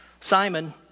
Simon